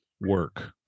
work